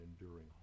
enduring